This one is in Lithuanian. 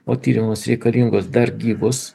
o tyrimams reikalingus dar gyvus